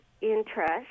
interest